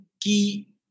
key